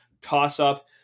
toss-up